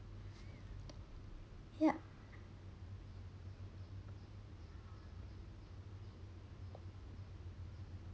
ya